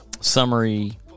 summary